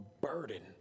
burden